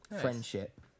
friendship